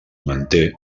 manté